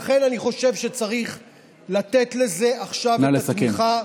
לכן אני חושב שצריך לתת לזה עכשיו תמיכה,